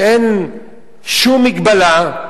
שאין שום מגבלה,